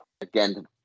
again